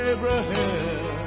Abraham